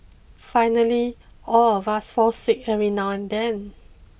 finally all of us fall sick every now and then